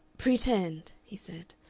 pretend, he said,